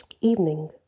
evening